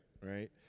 right